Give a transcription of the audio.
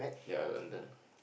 ya London